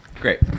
great